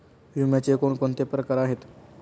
विम्याचे कोणकोणते प्रकार आहेत?